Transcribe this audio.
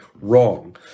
wrong